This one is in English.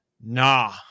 nah